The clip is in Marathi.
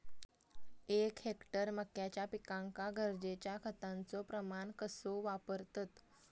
एक हेक्टर मक्याच्या पिकांका गरजेच्या खतांचो प्रमाण कसो वापरतत?